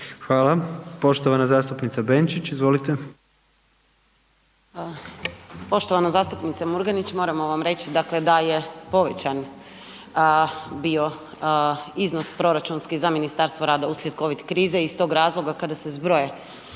Hvala. Poštovana zastupnica Benčić. Izvolite. **Benčić, Sandra (Možemo!)** Poštovana zastupnice Murganić. Moramo vam reć da je povećan bio iznos proračunski za Ministarstvo rada uslijed covid krize i iz tog razloga sada kada se zbroje